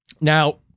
Now